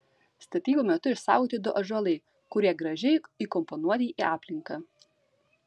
statybų metu išsaugoti du ąžuolai kurie gražiai įkomponuoti į aplinką